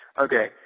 Okay